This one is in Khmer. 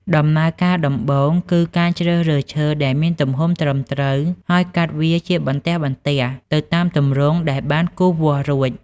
ដំណើរការដំបូងគឺការជ្រើសរើសឈើដែលមានទំហំត្រឹមត្រូវ ហើយកាត់វាជាបន្ទះៗទៅតាមទម្រង់ដែលបានគូសវាសរួច។